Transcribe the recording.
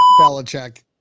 Belichick